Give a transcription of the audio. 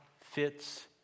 fits